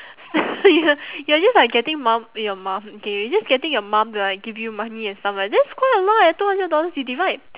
you're just like getting mum your mum K you're just getting your mum to like give you money and stuff like that's quite a lot eh two hundred dollars you divide